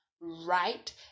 right